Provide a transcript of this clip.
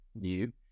new